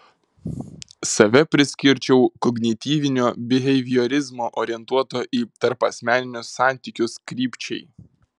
save priskirčiau kognityvinio biheviorizmo orientuoto į tarpasmeninius santykius krypčiai